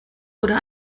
oder